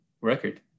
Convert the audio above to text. record